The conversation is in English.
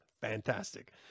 Fantastic